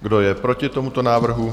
Kdo je proti tomuto návrhu?